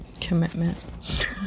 commitment